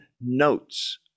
notes